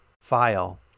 File